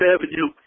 Avenue